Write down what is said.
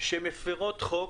שהן מפרות חוק,